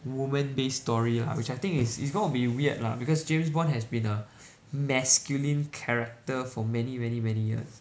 woman based story lah which I think is it's gonna be weird lah because James Bond has been a masculine character for many many many years